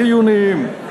החיוניים,